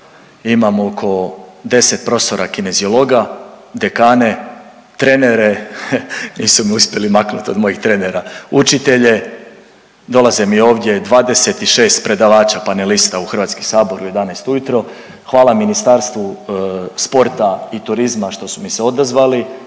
Imam oko 10 profesora kineziologa, dekane, trenere, nisu me uspjeli maknuti od mojih trenera, učitelje, dolaze mi ovdje 26 predavača panelista u Hrvatski sabor u 11 ujutro. Hvala Ministarstvu sporta i turizma što su mi se odazvali,